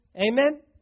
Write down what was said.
Amen